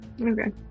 Okay